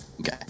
Okay